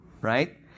Right